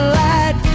light